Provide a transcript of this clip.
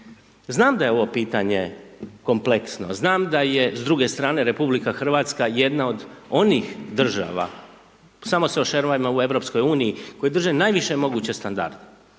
Znam da je ovo pitanje kompleksno, znam da je s druge strane Republika Hrvatska jedna od onih država, samo .../Govornik se ne razumije./... u Europskoj uniji koji drže najviše moguće standarde.